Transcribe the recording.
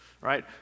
right